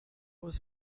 was